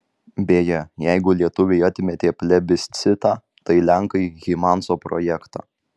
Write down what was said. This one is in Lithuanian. beje jeigu lietuviai atmetė plebiscitą tai lenkai hymanso projektą